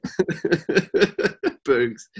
Boogs